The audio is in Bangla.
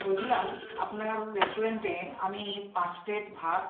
বলছিলাম আপনার রেস্টুরেন্টে আমি পাঁচ প্লেট ভাত